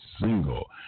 single